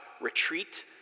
retreat